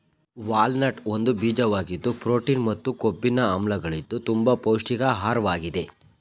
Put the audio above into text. walnut ಒಂದು ಬೀಜವಾಗಿದ್ದು protein ಮತ್ತು ಕೊಬ್ಬಿನ ಆಮ್ಲಗಳಿದ್ದು ತುಂಬ ಪೌಷ್ಟಿಕ ಆಹಾರ್ವಾಗಿದೆ